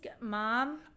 Mom